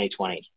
2020